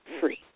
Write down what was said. free